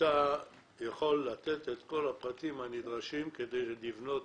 אתה יכול לתת את כל הפרטים הנדרשים כדי לייצר פיגומים.